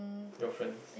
your friends